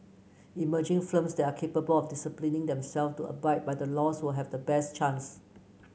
emerging firms there are capable of disciplining themselve to abide by the laws will have the best chance